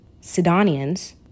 Sidonians